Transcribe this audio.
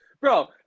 Bro